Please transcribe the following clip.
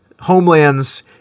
Homelands